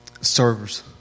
serves